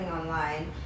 online